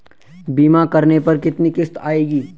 बीमा करने पर कितनी किश्त आएगी?